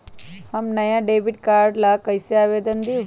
हम नया debit card ला कईसे आवेदन दिउ?